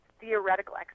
theoretical